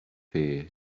here